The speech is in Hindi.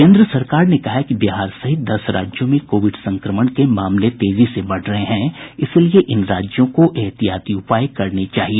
केन्द्र सरकार ने कहा है कि बिहार सहित दस राज्यों में कोविड संक्रमण के मामले तेजी से बढ़ रहे हैं इसलिए इन राज्यों को एहतियाती उपाय करने चाहिए